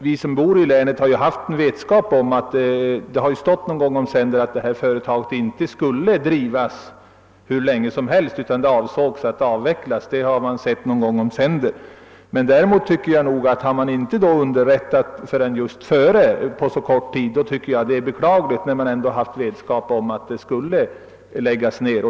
Vi som bor i länet har ju haft vetskap om att detta företag inte skulle drivas hur länge som helst utan att man avsåg att avveckla det. Och jag tycker det är beklagligt att det inte lämnats några underrättelser förrän så kort tid före nedläggningen, när man ändå var medveten om att verksamheten skulle läggas ned.